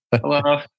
Hello